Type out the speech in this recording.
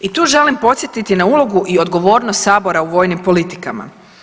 I tu želim podsjetiti na ulogu i odgovornost sabora u vojnim politikama.